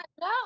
No